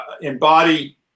embody